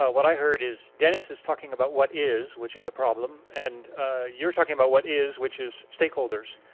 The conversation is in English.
ah what i heard is dennis is talking about what is, which is a problem, and you're talking about what is, which is stakeholders.